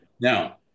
Now